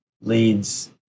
leads